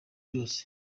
byose